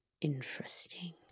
Interesting